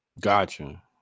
gotcha